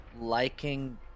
liking